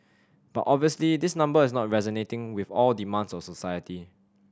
but obviously this number is not resonating with all demands of society